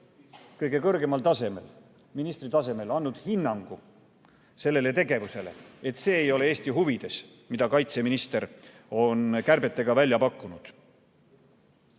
kõige kõrgemal tasemel, ministri tasemel andnud hinnangu sellele tegevusele, et Eesti huvides ei ole see, mida kaitseminister on kärbetega välja pakkunud.